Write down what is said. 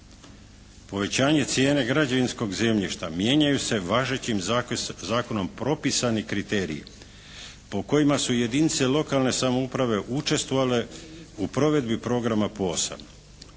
Povećanje cijene građevinskog zemljišta mijenjaju se važećim zakonom propisani kriteriji po kojima su jedinice lokalne samouprave učestvovale u provedbi programa POS-a.